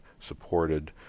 supported